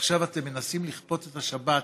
ועכשיו אתם מנסים לכפות את השבת